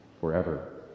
forever